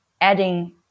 adding